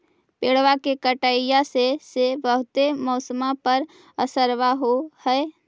पेड़बा के कटईया से से बहुते मौसमा पर असरबा हो है?